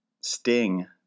Sting